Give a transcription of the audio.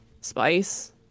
spice